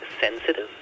sensitive